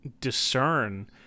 discern